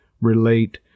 relate